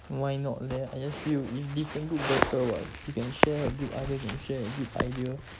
why not leh I just feel if different group better [what] she can share her group idea you can share your group idea